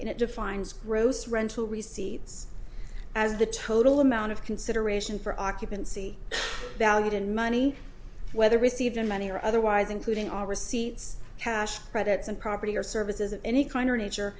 and it defines gross rental receipts as the total amount of consideration for occupancy valued in money whether received in money or otherwise including all receipts cash credits and property or services of any kind or nature